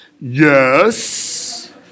Yes